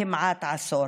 כמעט עשור.